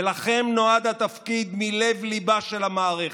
ולכם נועד התפקיד מלב-ליבה של המערכת.